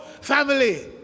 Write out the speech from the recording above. family